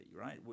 right